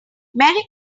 merry